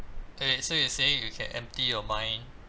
eh wait so you're saying you can empty your mind